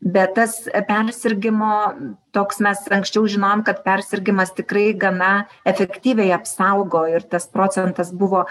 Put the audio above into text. bet tas persirgimo toks mes anksčiau žinojom kad persirgimas tikrai gana efektyviai apsaugo ir tas procentas buvo